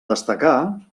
destacar